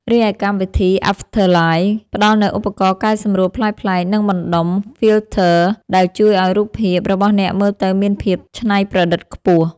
រីឯកម្មវិធី អាហ្វធ័រឡៃ ផ្ដល់នូវឧបករណ៍កែសម្រួលប្លែកៗ និងបណ្តុំ ហ្វីលធ័រ ដែលជួយឱ្យរូបភាពរបស់អ្នកមើលទៅមានភាពច្នៃប្រឌិតខ្ពស់។